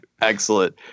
Excellent